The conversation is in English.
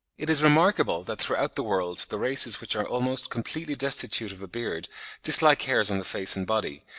it is remarkable that throughout the world the races which are almost completely destitute of a beard dislike hairs on the face and body,